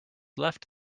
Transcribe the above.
left